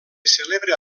celebra